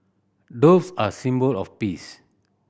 doves are a symbol of peace